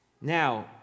Now